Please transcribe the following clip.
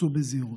סעו בזהירות.